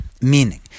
meaning